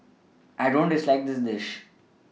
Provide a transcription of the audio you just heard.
I don't dislike this dish